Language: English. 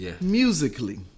musically